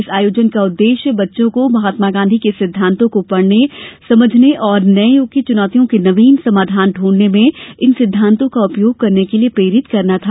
इस आयोजन का उद्देश्य बच्चों को महात्मा गांधी के सिद्धांतों को पढ़ने समझने और नये यूग की चुनौतियों के नवीन समाधान दूंढने में इन सिद्धान्तों का उपयोग करने के लिए प्रेरित करना था